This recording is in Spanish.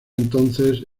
entonces